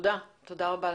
תודה רבה.